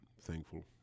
thankful